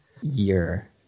year